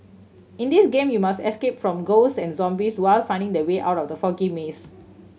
in this game you must escape from ghost and zombies while finding the way out of the foggy maze